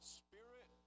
spirit